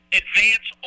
advance